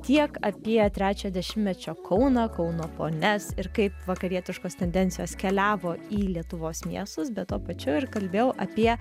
tiek apie trečio dešimtmečio kauną kauno ponias ir kaip vakarietiškos tendencijos keliavo į lietuvos miestus bet tuo pačiu ir kalbėjau apie